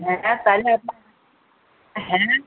হ্যাঁ তাহলে আপনার হ্যাঁ